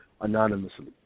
anonymously